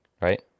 right